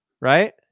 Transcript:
right